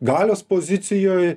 galios pozicijoj